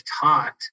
taught